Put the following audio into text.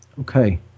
Okay